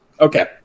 Okay